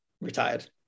retired